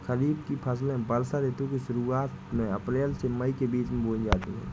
खरीफ की फसलें वर्षा ऋतु की शुरुआत में अप्रैल से मई के बीच बोई जाती हैं